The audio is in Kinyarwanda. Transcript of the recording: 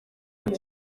bake